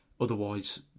Otherwise